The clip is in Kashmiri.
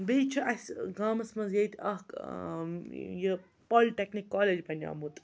بیٚیہِ چھُ اَسہِ گامَس منٛز ییٚتہِ اَکھ یہِ پالِٹٮ۪کنِک کالیج بَنیومُت